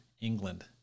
England